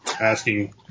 asking